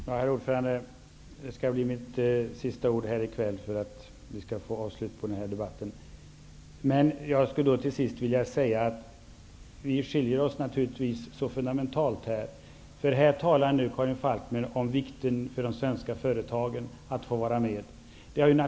Herr talman! Detta skall bli mitt sista inlägg här i kväll, så att det kan bli ett slut på denna debatt. Jag vill till sist säga att våra uppfattningar skiljer sig fundamentalt. Karin Falkmer talar nu om vikten av att de svenska företagen skall få vara med.